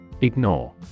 Ignore